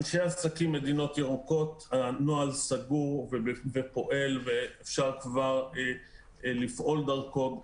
אנשי עסקים ממדינות ירוקות הנוהל סגור ופועל ואפשר כבר לפעול דרכו.